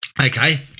Okay